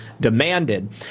demanded